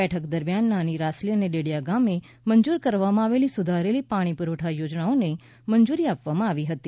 બેઠક દરમિયાન નાની રાસલી અને ડેડિયા ગામે મંજુર કરવામાં આવેલી સુધારેલી પાણી પુરવઠા યોજનાઓને મંજુરી આપવામાં આવી હતી